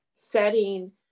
setting